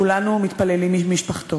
כולנו מתפללים עם משפחתו.